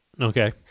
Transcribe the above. Okay